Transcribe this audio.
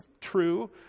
true